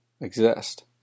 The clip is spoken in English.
exist